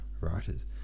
writers